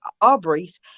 Aubrey's